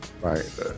right